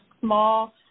small